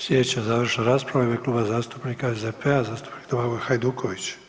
Sljedeća završna rasprava u ime Kluba zastupnika SDP-a zastupnik Domagoj Hajduković.